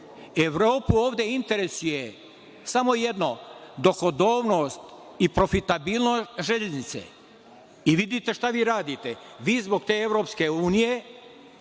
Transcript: Evropu ovde interesuje samo jedno - dohodovnost i profitabilnost železnice i vidite šta vi radite. Vi zbog te EU, van